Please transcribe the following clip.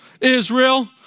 Israel